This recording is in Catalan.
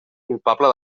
culpable